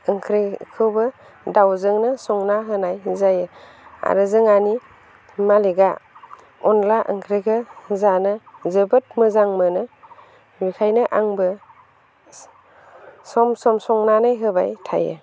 ओंख्रिखौबो दाउजोंनो संना होनाय जायो आरो जोंहानि मालिगा अनला ओंख्रिखौ जानो जोबोद मोजां मोनो बेनिखायनो आंबो सम सम संनानै होबाय थायो